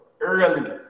early